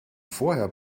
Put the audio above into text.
vorher